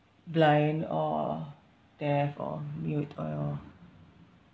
blind or deaf or mute or